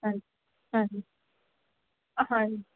ਹਾਂਜੀ ਹਾਂਜੀ ਹਾਂਜੀ